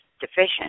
deficient